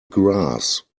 grass